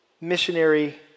missionary